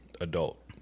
adult